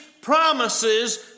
promises